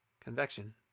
Convection